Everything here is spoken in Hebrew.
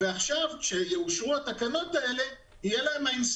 ועכשיו כשיאושרו התקנות האלה יהיה להם תמריץ